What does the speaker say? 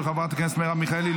של חברת הכנסת מרב מיכאלי,